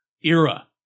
era